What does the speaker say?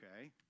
okay